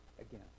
again